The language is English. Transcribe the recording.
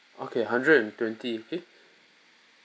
okay hundred and twenty okay